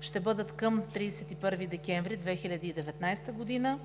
ще бъдат към 31 декември 2019 г.